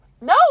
No